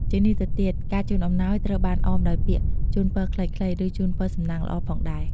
ជាងនេះទៅទៀត ការជូនអំណោយត្រូវបានអមដោយពាក្យជូនពរខ្លីៗ ឬជូនពរសំណាងល្អផងដែរ។